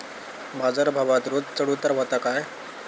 बाजार भावात रोज चढउतार व्हता काय?